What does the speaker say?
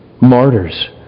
martyrs